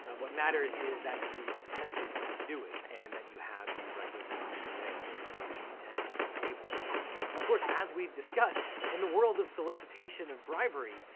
what matters is that you attempted to do it and that you had the requisite mens rea ah or corrupt intent to be able to do it. of course as we've discussed, in the world of solicitation of bribery,